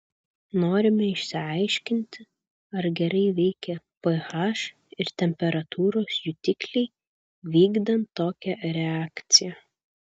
norime išsiaiškinti ar gerai veikia ph ir temperatūros jutikliai vykdant tokią reakciją